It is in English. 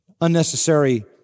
unnecessary